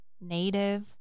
Native